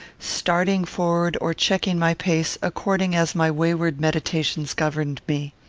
starting forward or checking my pace, according as my wayward meditations governed me.